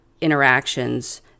interactions